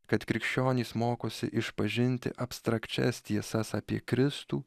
kad krikščionys mokosi išpažinti abstrakčias tiesas apie kristų